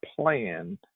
plan